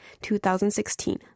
2016